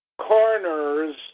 coroners